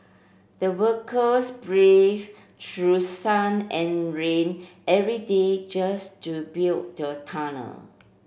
the workers braved through sun and rain every day just to build the tunnel